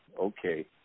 okay